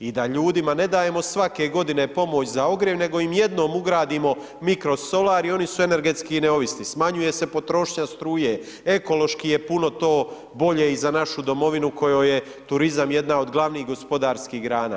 I da ljudima ne dajemo svake godine pomoć za ogrjev nego im jednom ugradimo mikrosolarije i oni su energetski neovisni, smanjuje se potrošnja struje, ekološki je puno to bolje i za našu domovinu kojoj je turizam jedna od glavnih gospodarskih grana.